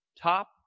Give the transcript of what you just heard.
top